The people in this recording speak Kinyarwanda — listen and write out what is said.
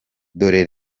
dore